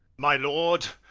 my lord,